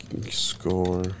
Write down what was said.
score